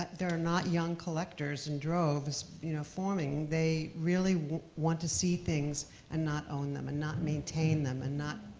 there are not young collectors in droves, you know, forming. they really want want to see things and not own them, and not maintain them, and not,